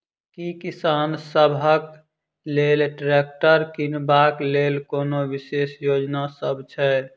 की किसान सबहक लेल ट्रैक्टर किनबाक लेल कोनो विशेष योजना सब छै?